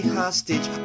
hostage